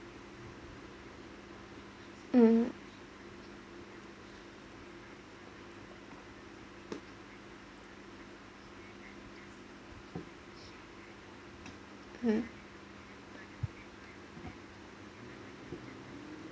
um um